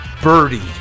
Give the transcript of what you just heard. Birdie